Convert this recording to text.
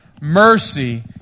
Mercy